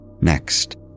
Next